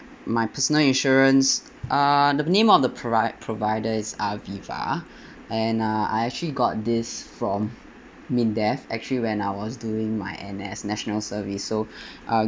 my personal insurance uh the name of the provi~ provider is aviva and uh I actually got this from MINDEF actually when I was doing my N_S national service so uh